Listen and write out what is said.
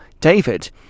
David